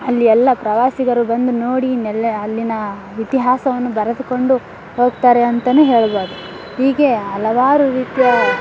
ಅಲ್ಲಿ ಎಲ್ಲ ಪ್ರವಾಸಿಗರು ಬಂದು ನೋಡಿ ನೆಲೆ ಅಲ್ಲಿನ ಇತಿಹಾಸವನ್ನು ಬರೆದುಕೊಂಡು ಹೋಗ್ತಾರೆ ಅಂತಲೇ ಹೇಳ್ಬೋದು ಹೀಗೆ ಹಲವಾರು ರೀತಿಯ